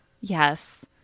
Yes